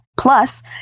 Plus